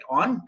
on